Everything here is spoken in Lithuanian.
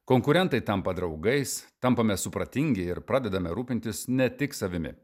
konkurentai tampa draugais tampame supratingi ir pradedame rūpintis ne tik savimi